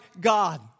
God